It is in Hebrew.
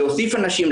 להוסיף אנשים,